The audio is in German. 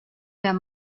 der